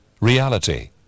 reality